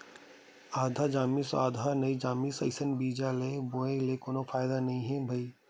आधा जामिस अउ आधा नइ जामिस अइसन बीजा ल बोए ले कोनो फायदा नइ हे न भईर